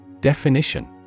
Definition